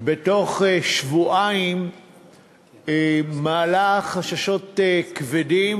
בתוך שבועיים מעלה חששות כבדים,